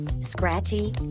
Scratchy